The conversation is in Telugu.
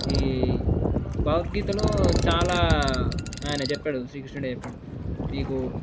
ఈ భగవత్గీతలో చాలా ఆయన చెప్పాడు శ్రీకృష్ణుడు చెప్పాడు మీకు